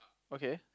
okay